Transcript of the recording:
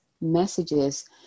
messages